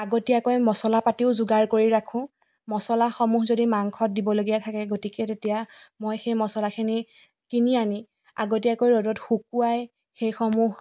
আগতীয়াকৈ মচলা পাতিও যোগাৰ কৰি ৰাখোঁ মচলাসমূহ যদি মাংসত দিব লগীয়া থাকে গতিকে তেতিয়া মই সেই মচলাখিনি কিনি আনি আগতীয়াকৈ ৰ'দত শুকোৱাই সেইসমূহ